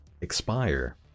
expire